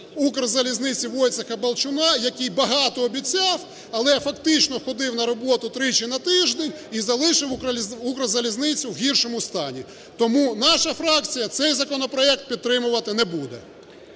"Укрзалізниці" Войцеха Бальчуна, який багато обіцяв, але фактично ходив на роботу тричі на тиждень і залишив "Укрзалізницю" в гіршому стані. Тому наша фракція цей законопроект підтримувати не буде.